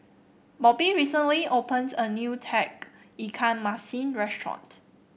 Bobbye recently opened a new Tauge Ikan Masin restaurant